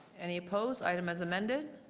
any opposed? item as amended.